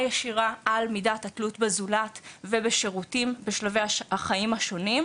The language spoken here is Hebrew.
ישירה על מידת התלות בזולת ובשירותים בשלבי החיים השונים,